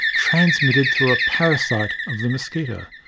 transmitted through a parasite of the mosquito.